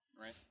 Right